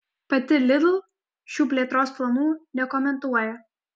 pati lidl šių plėtros planų nekomentuoja